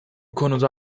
konuda